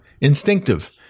instinctive